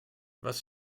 was